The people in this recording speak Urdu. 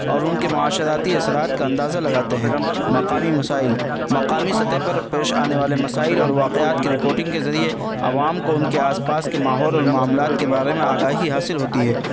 اور ان کے معاشراتی اثرات کا اندازہ لگاتے ہیں مقامی مسائل مقامی سطح پر پیش آنے والے مسائل اور واقعات کی رپوٹنگ کے ذریعے عوام کو ان کے آس پاس کے ماحول اور معاملات کے بارے میں آگاہی حاصل ہوتی ہے